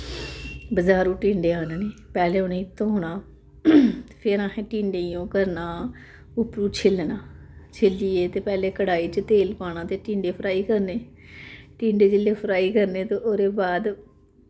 बजारों टींडे आह्न्ने पैह्लें उ'नें गी धोना फिर असें टींडें गी ओह् करना उप्परों छिल्लना छिल्लियै ते पैह्लें कड़ाही च तेल पाना ते टींडे फ्राई करने टींडे जिसलै फ्राई करने ते ओह्दे बाद